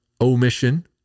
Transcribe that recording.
omission